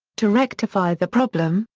to rectify the problem,